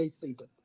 season